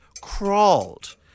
crawled